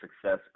success